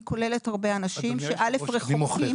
היא כוללת הרבה אנשים ש-א' רחוקים --- אדוני היושב ראש,